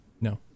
no